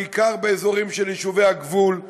בעיקר באזורים של יישובי הגבול,